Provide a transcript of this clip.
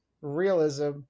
realism